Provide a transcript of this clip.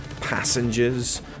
passengers